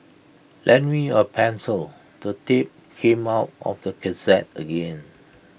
lend me A pencil the tape came out of the cassette again